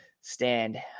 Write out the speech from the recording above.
stand